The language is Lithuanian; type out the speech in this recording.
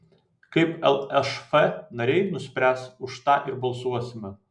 kaip lšf nariai nuspręs už tą ir balsuosime